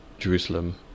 Jerusalem